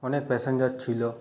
অনেক প্যাসেঞ্জার ছিল